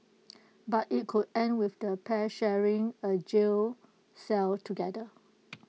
but IT could end with the pair sharing A jail cell together